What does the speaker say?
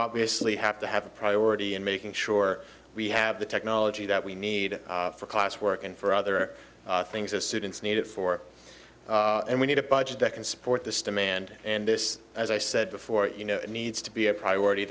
obviously have to have a priority in making sure we have the technology that we need for class work and for other things as students need it for and we need a budget that can support this demand and this as i said before you know it needs to be a priority